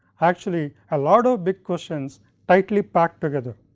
actually a lot of big questions tightly packed together.